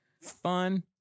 Fun